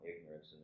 ignorance